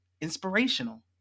inspirational